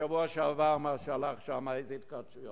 בשבוע שעבר, מה שהלך שם, איזה התכתשויות.